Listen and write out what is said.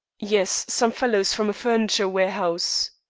yes some fellows from a furniture warehouse.